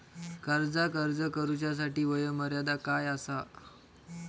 कर्जाक अर्ज करुच्यासाठी वयोमर्यादा काय आसा?